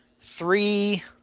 three